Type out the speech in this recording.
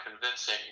convincing